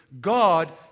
God